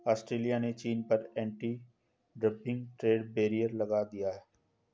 Australia ने चीन पर एंटी डंपिंग ट्रेड बैरियर लगा दिया